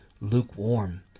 lukewarm